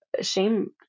shame